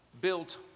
built